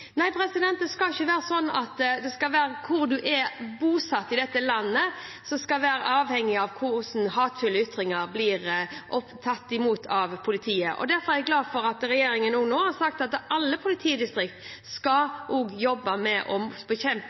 Det skal ikke være slik at det er hvor man er bosatt i dette landet, som er avgjørende for hvordan hatefulle ytringer blir tatt imot av politiet. Derfor er jeg glad for at regjeringen nå har sagt at alle politidistrikter skal jobbe med å bekjempe